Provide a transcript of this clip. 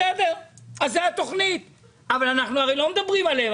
אבל אנחנו לא מדברים עליהם,